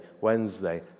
Wednesday